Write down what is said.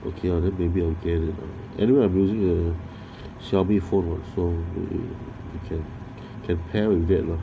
okay on her baby organic annual abusing a xiaomi phone what so you can can pair with vietnam